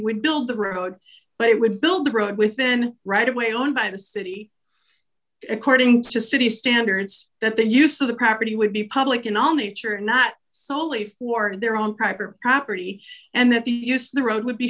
would build the road but it would build a road within right of way owned by the city according to city standards that the use of the property would be public in all nature and not solely for their own private property and that the use the road would be